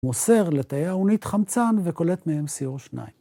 מוסר לתאי האונית חמצן וקולט מהם co2